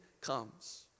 comes